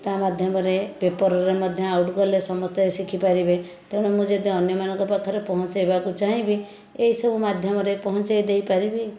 ତା' ମାଧ୍ୟମରେ ପେପର୍ରେ ମଧ୍ୟ ଆଉଟ କଲେ ସମସ୍ତେ ଶିଖିପାରିବେ ତେଣୁ ମୁଁ ଯଦି ଅନ୍ୟମାନଙ୍କ ପାଖରେ ପହଞ୍ଚାଇବାକୁ ଚାହିଁବି ଏସବୁ ମାଧ୍ୟମରେ ପହଞ୍ଚେଇ ଦେଇପାରିବି